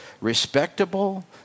respectable